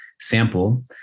sample